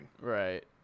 Right